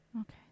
okay